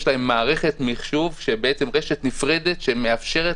יש להם מערכת מחשוב שהיא רשת נפרדת שמאפשרת